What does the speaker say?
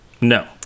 No